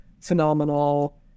phenomenal